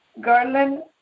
Garland